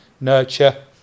nurture